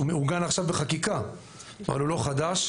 הוא מעוגן עכשיו בחקיקה, אבל הוא לא חדש.